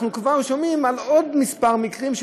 אנחנו כבר שומעים על עוד כמה מקרים של